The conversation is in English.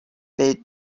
bit